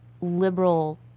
liberal